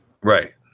Right